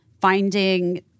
finding